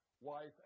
wife